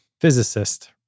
Physicist